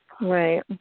Right